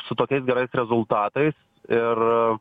su tokiais gerais rezultatais ir